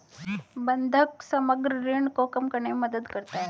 बंधक समग्र ऋण को कम करने में मदद करता है